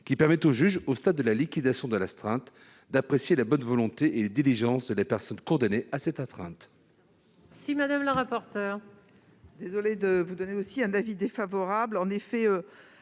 qui permet au juge, au stade de la liquidation de l'astreinte, d'apprécier la bonne volonté et les diligences de la personne condamnée à cette astreinte.